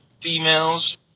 females